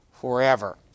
forever